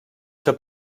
ser